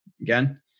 again